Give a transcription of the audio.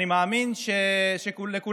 אני מאמין שלכולנו,